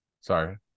sorry